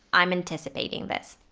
i'm anticipating this.